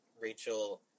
Rachel